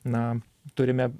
na turime